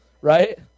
Right